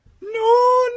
No